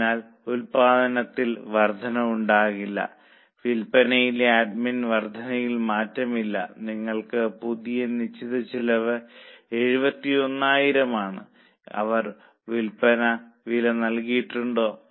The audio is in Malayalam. അതിനാൽ ഉൽപ്പാദനത്തിൽ വർദ്ധനവുണ്ടാകില്ല വിൽപ്പനയിലെ അഡ്മിൻ വർദ്ധനയിൽ മാറ്റമില്ല നിങ്ങൾക്ക് പുതിയ നിശ്ചിത ചെലവ് 7100000 ആണ് അവർ പുതിയ വിൽപ്പന വില നൽകിയിട്ടുണ്ടോ